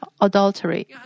adultery